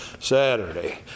Saturday